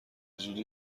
زودی